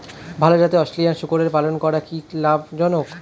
ভাল জাতের অস্ট্রেলিয়ান শূকরের পালন করা কী লাভ জনক?